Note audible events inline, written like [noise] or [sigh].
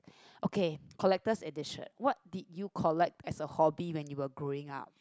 [breath] okay collector's edition what did you collect as a hobby when you were growing up